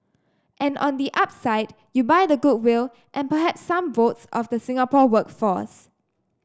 and on the upside you buy the goodwill and perhaps some votes of the Singapore workforce